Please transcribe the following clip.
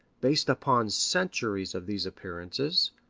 based upon centuries of these appearances,